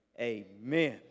amen